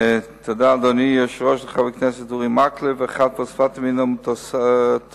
חבר הכנסת אורי מקלב שאל את שר הבריאות ביום כ"ו בשבט התש"ע